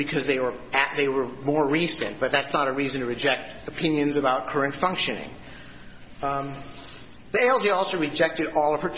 because they were that they were more recent but that's not a reason to reject the pinions about current functioning males you also rejected all of her